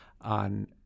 on